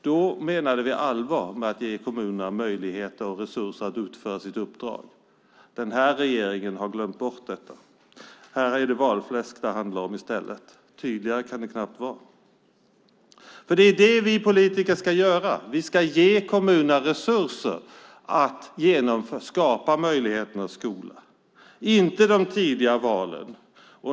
Då menade vi allvar med att ge kommunerna möjligheter och resurser att utföra sitt uppdrag. Den här regeringen har glömt bort det. Det handlar om valfläsk; tydligare kan det inte vara. Vi politiker ska ge kommunerna resurser att skapa möjligheternas skola, inte de tidiga valen.